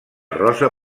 rosa